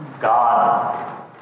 God